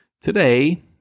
Today